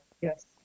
Yes